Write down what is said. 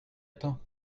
temps